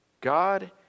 God